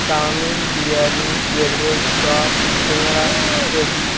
chowmein biryani egg roll chop শিঙাড়া পেঁয়াজি